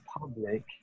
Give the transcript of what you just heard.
public